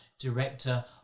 Director